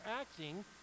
acting